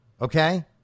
okay